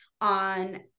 on